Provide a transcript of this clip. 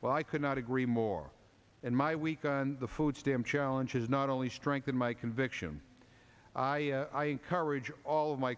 well i could not agree more and my week on the food stamp challenge is not only strengthened my conviction i encourage all of my